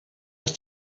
ist